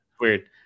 Weird